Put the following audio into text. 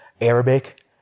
Arabic